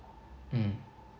mm